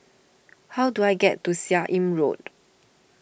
how do I get to Seah Im Road